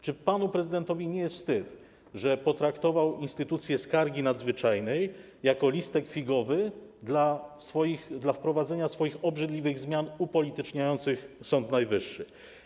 Czy panu prezydentowi nie jest wstyd, że potraktował instytucję skargi nadzwyczajnej jako listek figowy dla wprowadzanych przez siebie obrzydliwych zmian upolityczniających Sąd Najwyższy?